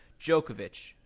Djokovic